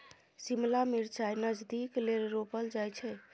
शिमला मिरचाई नगदीक लेल रोपल जाई छै